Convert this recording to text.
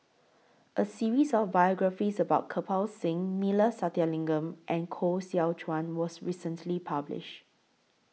A series of biographies about Kirpal Singh Neila Sathyalingam and Koh Seow Chuan was recently published